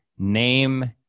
name